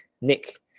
Nick